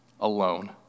alone